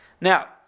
Now